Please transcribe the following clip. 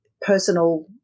personal